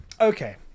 okay